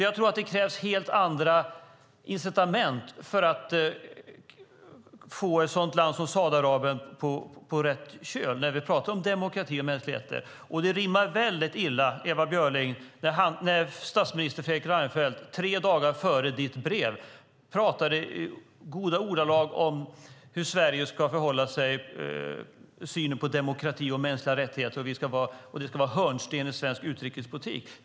Jag tror att det krävs helt andra incitament för att få ett land som Saudiarabien på rätt köl när vi pratar om demokrati och mänskliga rättigheter. Det rimmar väldigt illa, Ewa Björling, att statsminister Fredrik Reinfeldt tre dagar före ditt brev pratade i goda ordalag om hur Sverige ska förhålla sig i synen på demokrati och mänskliga rättigheter och om att det ska vara en hörnsten i svensk utrikespolitik.